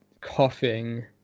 coughing